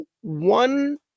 one